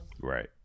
Right